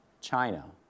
China